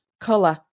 color